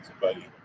buddy